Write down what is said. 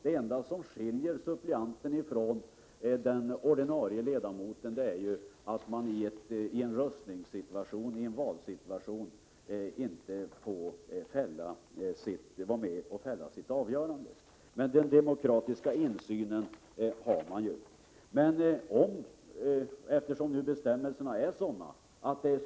Det enda som skiljer suppleanten från den ordinarie ledamoten är att den förre inte har rösträtt.